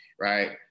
right